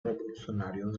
revolucionario